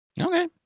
okay